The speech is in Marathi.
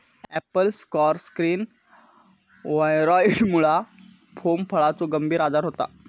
ॲपल स्कार स्किन व्हायरॉइडमुळा पोम फळाचो गंभीर आजार होता